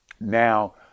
now